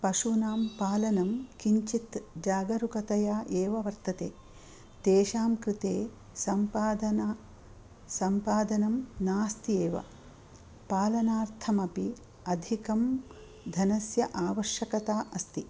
पशूनां पालनं किञ्चित् जागरुकतया एव वर्तते तेषां कृते सम्पादन सम्पादनं नास्ति एव पालनार्थमपि अधिकं धनस्य आवश्यकता अस्ति